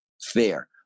fair